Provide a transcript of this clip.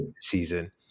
season